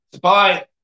bye